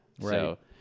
Right